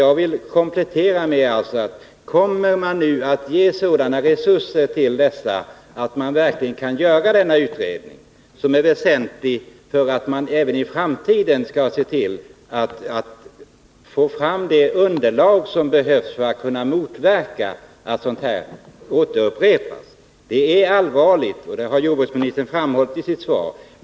Jag vill då komplettera med att fråga om man nu kommer att ge sådana resurser att dessa organ verkligen kan göra denna utredning, som är väsentlig för att man även i framtiden skall kunna få fram det underlag som behövs för att motverka att någonting sådant här upprepas. Det är allvarligt, och det har också jordbruksministern framhållit i sitt svar.